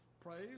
praise